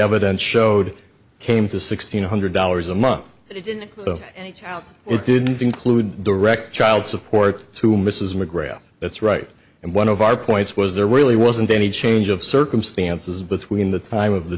evidence showed came to sixteen hundred dollars a month and child it didn't include direct child support to mrs mcgrail that's right and one of our points was there really wasn't any change of circumstances between the time of the